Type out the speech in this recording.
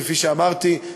כפי שאמרתי,